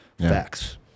facts